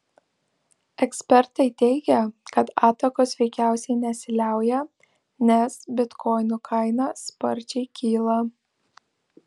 ekspertai teigia kad atakos veikiausiai nesiliauja nes bitkoinų kaina sparčiai kyla